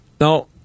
Now